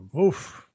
Oof